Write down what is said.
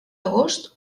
agost